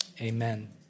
Amen